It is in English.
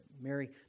Mary